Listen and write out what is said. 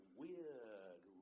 weird